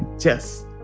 tess